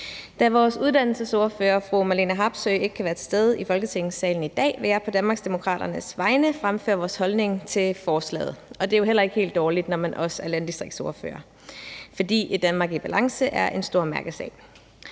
Da vores uddannelsesordfører, fru Marlene Harpsøe, ikke kan være til stede i Folketingssalen i dag, vil jeg på Danmarksdemokraternes vegne fremføre vores holdning til forslaget. Og det er jo heller ikke helt dårligt, når man også er landdistriktsordfører, for et Danmark i balance er en stor mærkesag.